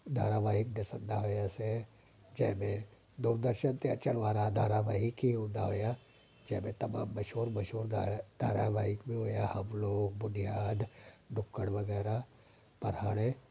धारावाहिक ॾिसंदा हुयासीं जंहिं में दूरदर्शन ते अचण वारा धारावाहिक ई हूंदा हुया जंहिं में तमामु मशहूरु मशहूरु धारा धारावाहिक बि हुया हम लोग बुनियाद नुक्कड़ वग़ैरह पर हाणे